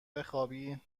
بخوابی